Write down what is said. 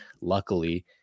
luckily